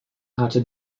hatte